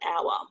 hour